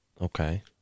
Okay